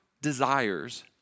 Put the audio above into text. desires